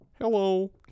hello